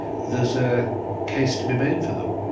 there's a case to be made for them.